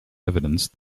evidence